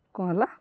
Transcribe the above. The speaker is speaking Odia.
କ'ଣ ହେଲା